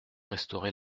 restaurer